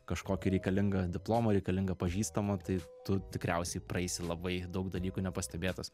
kažkokį reikalingą diplomą reikalingą pažįstamą tai tu tikriausiai praeisi labai daug dalykų nepastebėtas